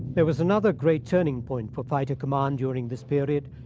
there was another great turning point for fighter command during this period.